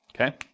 Okay